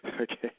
Okay